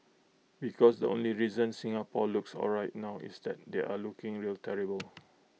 because the only reason Singapore looks alright now is that they are looking real terrible